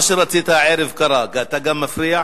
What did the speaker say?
כצל'ה, מה שרצית הערב קרה, ואתה גם מפריע?